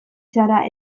zara